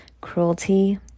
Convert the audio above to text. cruelty